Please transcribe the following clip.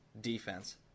defense